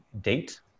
date